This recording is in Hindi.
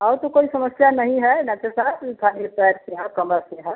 और तो कोई समस्या नहीं है डाक्टर साहब ये खाली पैर की है कमर की है